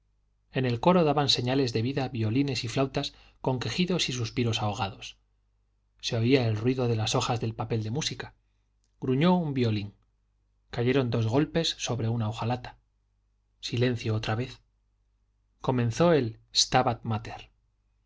en el coro daban señales de vida violines y flautas con quejidos y suspiros ahogados se oía el ruido de las hojas del papel de música gruñó un violín cayeron dos golpes sobre una hojalata silencio otra vez comenzó el stabat mater